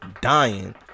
dying